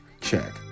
check